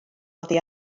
oddi